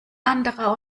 anderer